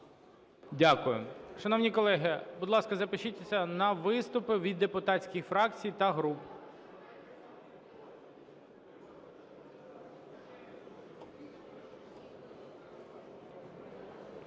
Дякую. Шановні колеги, будь ласка, запишіться на виступи від депутатських фракцій та груп.